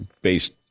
based